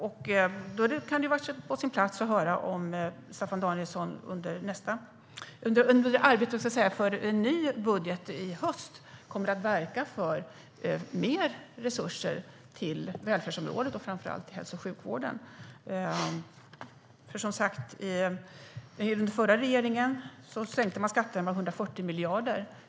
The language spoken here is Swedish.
Det kan då vara på sin plats att höra om Staffan Danielsson under arbetet för en ny budget i höst kommer att verka för mer resurser till välfärdsområdet och framför allt till hälso och sjukvården. Den förra regeringen sänkte skatter med 140 miljarder.